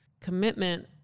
commitment